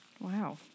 Wow